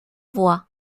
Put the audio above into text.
voix